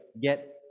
get